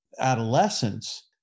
adolescence